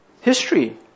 history